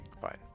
Fine